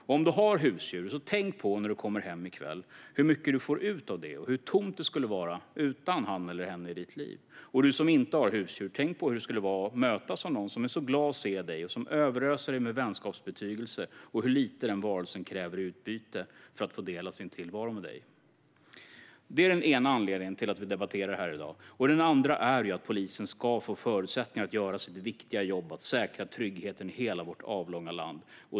Om du har husdjur så tänk på när du kommer hem i kväll hur mycket du får ut av det och hur tomt det skulle vara utan honom eller henne i ditt liv. Du som inte har husdjur, tänk på hur det skulle vara att mötas av någon som är jätteglad att se dig och som överöser dig med vänskapsbetygelser. En sådan varelse kräver så lite i utbyte för att få dela sin tillvaro med dig. Detta är den ena anledningen till att vi debatterar detta i dag. Den andra är att polisen ska få förutsättningar att göra sitt viktiga jobb med att säkra tryggheten i hela vårt avlånga land.